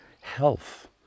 health